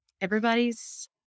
Everybody's